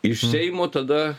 iš seimo tada